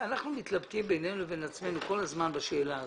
אנחנו מתלבטים בינינו לבין עצמנו כל הזמן בשאלה הזאת,